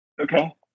Okay